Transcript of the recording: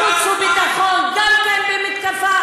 גם פתח את ישיבת חוץ וביטחון במתקפה